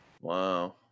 Wow